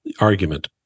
argument